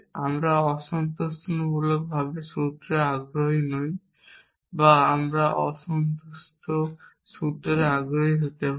আমরা অসন্তোষজনক সূত্রে আগ্রহী নই বা আমরা অসন্তুষ্ট সূত্রে আগ্রহী হতে পারি